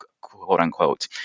quote-unquote